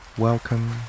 Welcome